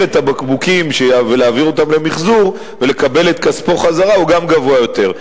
הבקבוקים והעברתם למיחזור וקבלת כספו חזרה גם הוא גבוה יותר.